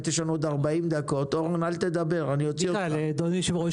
יש לנו עוד 40 דקות -- סליחה אדוני היושב-ראש,